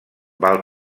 val